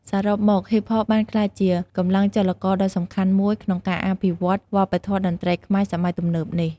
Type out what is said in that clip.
សរុបមក ហ៊ីបហប បានក្លាយជាកម្លាំងចលករដ៏សំខាន់មួយក្នុងការអភិវឌ្ឍវប្បធម៌តន្ត្រីខ្មែរសម័យទំនើបនេះ។